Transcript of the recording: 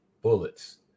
bullets